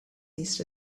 east